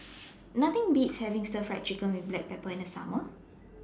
Nothing Beats having Stir Fry Chicken with Black Pepper in The Summer